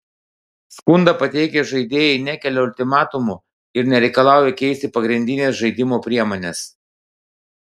skundą pateikę žaidėjai nekelia ultimatumų ir nereikalauja keisti pagrindinės žaidimo priemonės